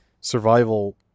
survival